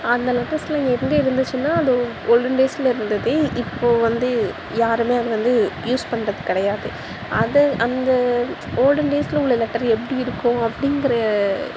அந்த லெட்டர்ஸெலாம் எங்கே இருந்துச்சுனா அந்த ஓல்டன் டேஸில் இருந்தது இப்போது வந்து வந்து யாருமே அது வந்து யூஸ் பண்ணுறது கிடையாது அதை அந்த ஓல்டன் டேஸில் உள்ள லெட்டர் எப்படி இருக்கும் அப்படிங்கற